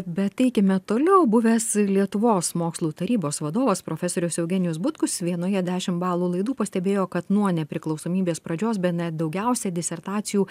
bet eikime toliau buvęs lietuvos mokslų tarybos vadovas profesorius eugenijus butkus vienoje dešimt balų laidų pastebėjo kad nuo nepriklausomybės pradžios bene daugiausia disertacijų